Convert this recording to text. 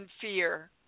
fear